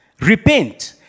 repent